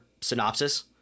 synopsis